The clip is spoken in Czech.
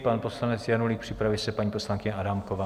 Pan poslanec Janulík, připraví se paní poslankyně Adámková.